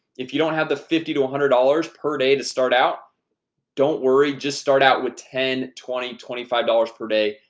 if you don't have the fifty to one hundred dollars per day to start out don't worry just start out with ten twenty twenty-five dollars per day.